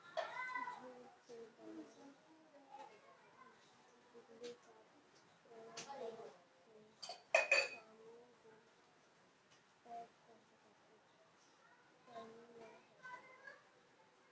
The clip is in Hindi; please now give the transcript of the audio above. जूट से बने सुतली का प्रयोग बहुत से सामानों को पैक करने में होता है